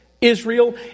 Israel